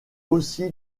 aussi